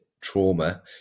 trauma